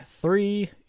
three